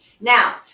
Now